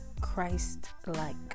Christ-like